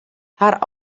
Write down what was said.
har